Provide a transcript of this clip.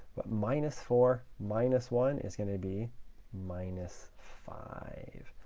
but minus four minus one is going to be minus five.